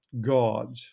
God